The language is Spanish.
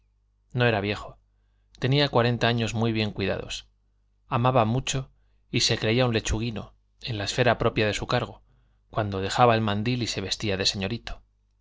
no era viejo tenía cuarenta años muy bien cuidados amaba mucho y se creía un lechuguino en la esfera propia de su cargo cuando dejaba el mandil y se vestía de señorito